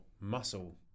muscle